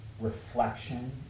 reflection